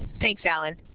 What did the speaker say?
thanks, allen.